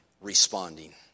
responding